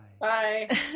Bye